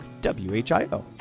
WHIO